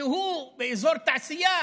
שהוא באזור התעשייה,